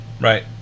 Right